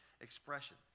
expression